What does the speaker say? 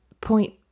point